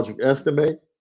Estimate